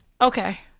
Okay